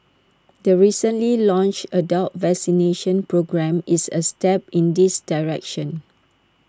the recently launched adult vaccination programme is A step in this direction